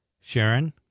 Sharon